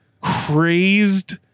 crazed